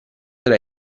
era